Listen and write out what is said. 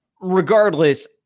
Regardless